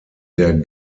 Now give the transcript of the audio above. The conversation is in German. der